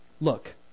Look